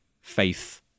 Faith